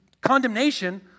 condemnation